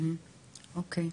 אוקיי.